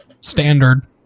Standard